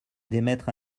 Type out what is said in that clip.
d’émettre